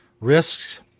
risks